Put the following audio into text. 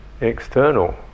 external